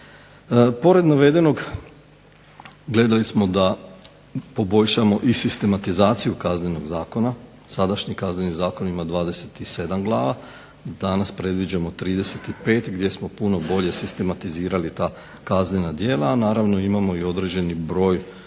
Pored navedenog gledali smo da poboljšamo i sistematizaciju Kaznenog zakona. Sadašnji Kazneni zakon ima 27 glava. Danas predviđamo 35 gdje smo puno bolje sistematizirali ta kaznena djela, a naravno imamo i određeni broj